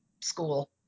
school